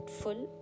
full